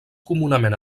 comunament